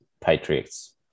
Patriots